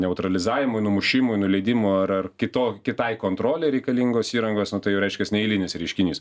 neutralizavimui numušimui nuleidimo ar ar kito kitai kontrolei reikalingos įrangos nu tai reiškias neeilinis reiškinys